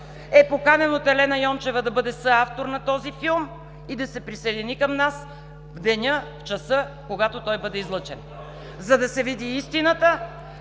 е поканен от Елена Йончева да бъде съавтор на този филм и да се присъедини към нас в деня, в часа, когато той бъде излъчен, за да се види истината